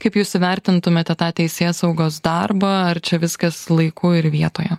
kaip jūs įvertintumėte tą teisėsaugos darbą ar čia viskas laiku ir vietoje